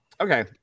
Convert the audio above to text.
okay